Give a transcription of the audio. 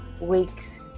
week's